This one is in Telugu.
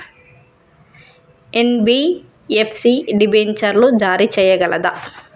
ఎన్.బి.ఎఫ్.సి డిబెంచర్లు జారీ చేయగలదా?